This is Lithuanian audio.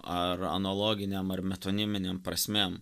ar analoginėm ar metoniminėm prasmėm